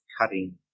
cutting